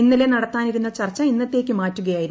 ഇന്നലെ നടത്താനിരുന്ന ചർച്ച ഇന്നത്തേക്ക് മാറ്റുകയായിരുന്നു